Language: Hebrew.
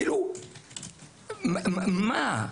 כאילו, מה?